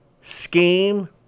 scheme